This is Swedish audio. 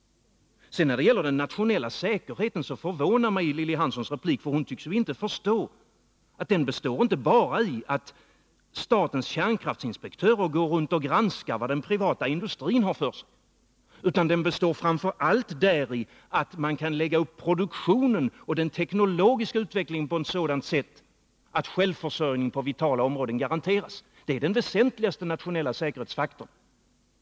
När det gäller den nationella säkerheten förvånar mig Lilly Hanssons replik. Hon tycks inte förstå att den inte bara består i att statens kärnkraftsinspektörer går runt och granskar vad den privata industrin har för sig, utan den består framför allt däri att man kan lägga upp produktionen och den teknologiska utvecklingen på ett sådant sätt att självförsörjning på vitala områden garanteras. Detta är den väsentligaste nationella säkerhetsfaktorn.